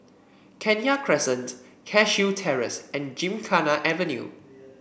Kenya Crescent Cashew Terrace and Gymkhana Avenue